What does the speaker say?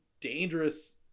dangerous